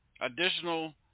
Additional